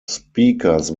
speakers